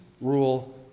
rule